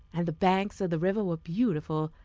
and the banks of the river were beautiful,